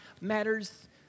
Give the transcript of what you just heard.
matters